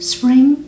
Spring